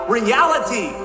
reality